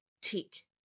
Tick